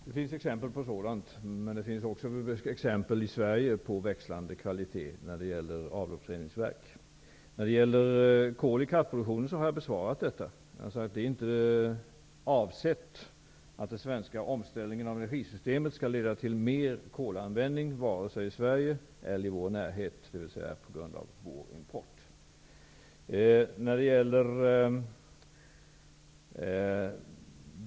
Herr talman! Det finns sådana exempel, men det finns exempel på växlande kvalitet också i Sverige när det gäller avloppsreningsverk. Jag har besvarat frågan om kol i kraftproduktionen. Jag sade att det inte är avsett att den svenska omställningen av energisystemet skall leda till ytterligare kolanvändning, vare sig i Sverige eller i vår närhet på grund av vår import av föroreningar.